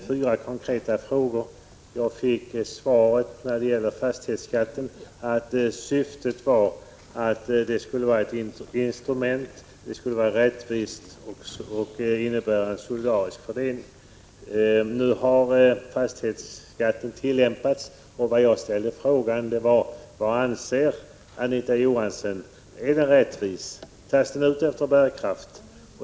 Fru talman! Jag fick beskedet att syftet med fastighetsskatten är att den skall vara ett instrument, att den skall vara rättvis och att den skall innebära en solidarisk fördelning. Nu har fastighetsskatten kommit i tillämpning, och jag ställde fyra konkreta frågor om vad Anita Johansson anser, men jag har ännu inte fått något svar: Är den rättvis? Tas den ut efter bärkraft?